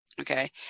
okay